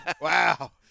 Wow